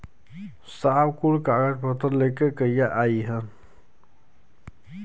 साहब कुल कागज पतर लेके कहिया आई?